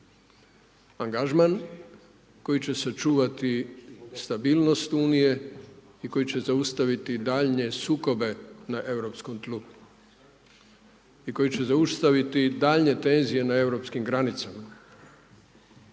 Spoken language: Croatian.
Angažman koji će sačuvati stabilnost Unije i koji će zaustaviti daljnje sukobe na europskom tlu i koji će zaustaviti daljnje tenzije na europskim granicama